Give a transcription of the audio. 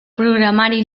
programari